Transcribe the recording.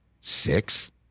six